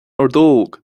ordóg